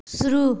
शुरू